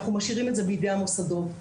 אנחנו משאירים את זה בידי המוסדות.